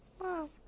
Wow